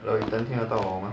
hello 你听得到我 mah